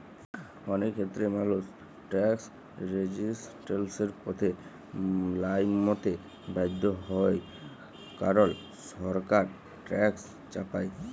অলেক খ্যেত্রেই মালুস ট্যাকস রেজিসট্যালসের পথে লাইমতে বাধ্য হ্যয় কারল সরকার ট্যাকস চাপায়